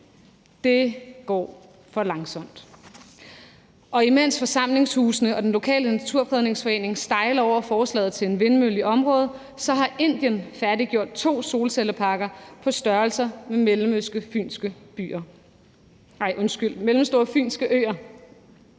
Det går for langsomt, og imens forsamlingshusene og den lokale naturfredningsforening stejler over forslaget til en vindmølle i området, har Indien færdiggjort to solcelleparker på størrelse med mellemstore fynske øer.